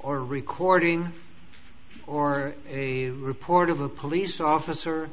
or recording or a report of a police officer